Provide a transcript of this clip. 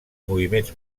moviments